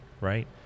right